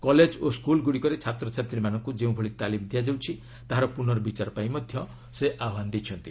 college ଓ ସ୍କୁଲ୍ଗୁଡ଼ିକରେ ଛାତ୍ରଛାତ୍ରୀମାନଙ୍କୁ ଯେଉଁଭଳି ତାଲିମ୍ ଦିଆଯାଉଛି ତାହାର ପୁନର୍ବିଚାର ପାଇଁ ମଧ୍ୟ ସେ ଆହ୍ୱାନ ଦେଇଛନ୍ତି